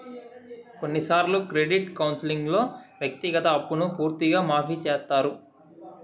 కొన్నిసార్లు క్రెడిట్ కౌన్సిలింగ్లో వ్యక్తిగత అప్పును పూర్తిగా మాఫీ చేత్తారు